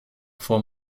four